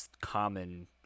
common